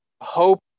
hope